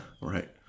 Right